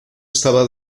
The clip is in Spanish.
estaba